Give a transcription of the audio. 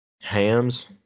Hams